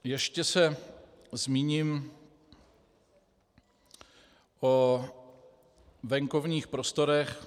Ještě se zmíním o venkovních prostorech.